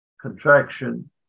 contraction